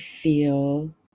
feel